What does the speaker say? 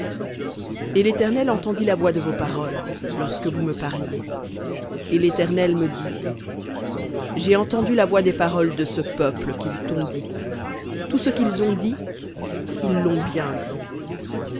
et l'éternel entendit la voix de vos paroles lorsque vous me parliez et l'éternel me dit j'ai entendu la voix des paroles de ce peuple qu'ils t'ont dites tout ce qu'ils ont dit ils l'ont bien dit